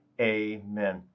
Amen